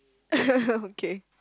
okay